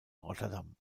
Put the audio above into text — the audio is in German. rotterdam